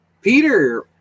Peter